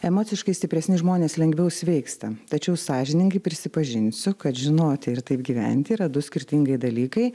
emociškai stipresni žmonės lengviau sveiksta tačiau sąžiningai prisipažinsiu kad žinoti ir taip gyventi yra du skirtingi dalykai